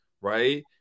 Right